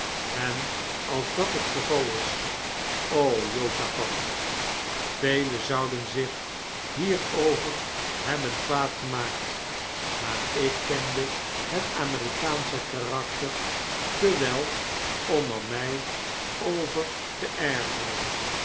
en als dat het geval is o josaphat velen zouden zich hierover hebben kwaad gemaakt maar ik kende het amerikaansch karakter te wel om er my over te ergeren